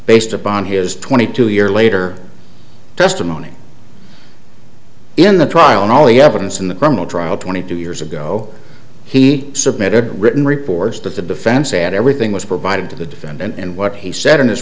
based upon his twenty two year later testimony in the trial and all the evidence in the criminal trial twenty two years ago he submitted written reports that the defense said everything was provided to the defendant and what he said in his